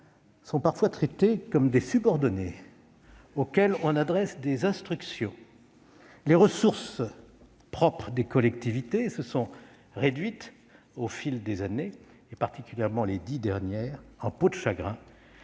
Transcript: sont parfois traités comme des subordonnés, à qui on adresse des instructions, les ressources propres des collectivités se sont réduites, au fil des années- particulièrement des dix dernières -, comme une peau de chagrin.